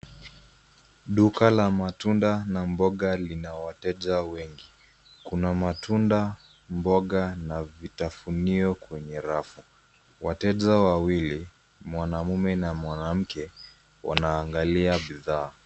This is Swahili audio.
Duka la matunda na mboga lina wateja wengi. Kuna matunda, mboga na vitafunio kwenye rafu. Wateja wawili, mwanaume na mwanamke, wanaangalia bidhaa.